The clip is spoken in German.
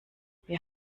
wir